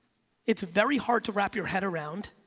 it's very hard to wrap your head around.